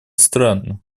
странно